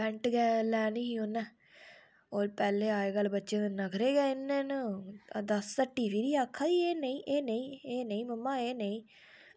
pant गै लैनी ही उ'नें होर पैह्लें अजकल बच्चे नखरे गै इन्ने न दस हट्टी फिरी आखा दी एह् नेईं एह् नेईं एह् नेईं मम्मा एह् नेईं